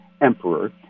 emperor